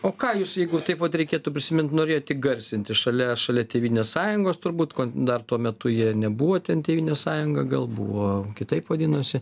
o ką jūs jeigu taip vat reikėtų prisimint norėjot įgarsinti šalia šalia tėvynės sąjungos turbūt dar tuo metu jie nebuvo ten tėvynės sąjunga gal buvo kitaip vadinosi